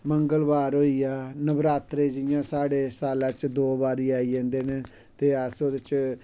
मंगलबार होईया नवरात्रे जियां साढ़े साल्लै च दो बारी आई जंदे न ते अस ओह्दे च